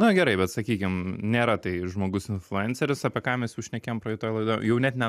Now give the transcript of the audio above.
na gerai bet sakykim nėra tai žmogus influenceris apie ką mes jau šnekėjom praeitoj laidoj jau net ne